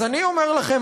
אז אני אומר לכם,